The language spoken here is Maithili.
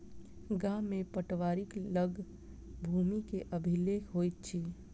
गाम में पटवारीक लग भूमि के अभिलेख होइत अछि